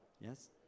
Yes